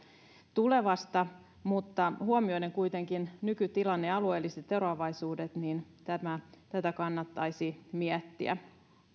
tulevasta mutta huomioiden kuitenkin nykytilanne ja alueelliset eroavaisuudet tätä kannattaisi miettiä